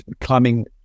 climbing